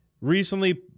Recently